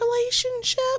relationship